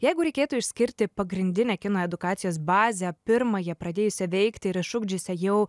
jeigu reikėtų išskirti pagrindinę kino edukacijos bazę pirmąją pradėjusią veikti ir išugdžiusią jau